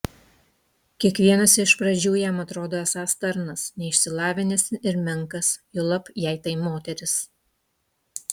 kiekvienas iš pradžių jam atrodo esąs tarnas neišsilavinęs ir menkas juolab jei tai moteris